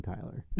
Tyler